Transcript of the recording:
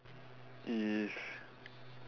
if